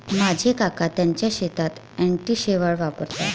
माझे काका त्यांच्या शेतात अँटी शेवाळ वापरतात